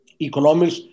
economics